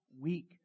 week